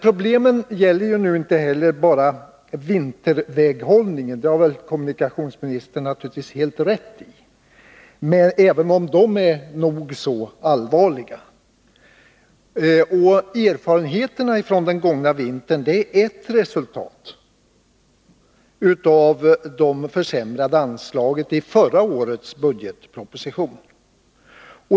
Problemen gäller inte heller bara vinterväghållningen — det har kommunikationsministern naturligtvis helt rätt i — även om de problemen är nog så allvarliga. De dåliga erfarenheterna från den gångna vintern är ert resultat av de försämrade anslagen i förra årets budgetproposition.